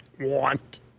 want